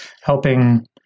helping